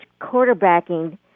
quarterbacking